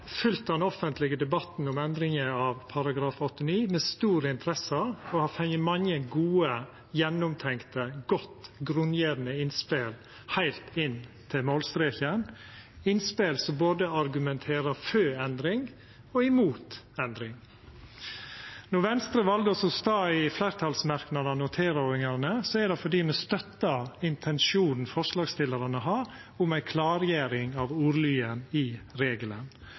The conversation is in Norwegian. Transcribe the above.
fylgt den offentlege debatten om endringa av § 89 med stor interesse, og har fått mange gode, gjennomtenkte, godt grunngjevne innspel heilt inn til målstreken – innspel som argumenterer både for endring og mot endring. Når Venstre valde å stå bak fleirtalsmerknadene og tilrådinga, er det fordi me støttar intensjonen forslagsstillarane har om ei klargjering av ordlyden i regelen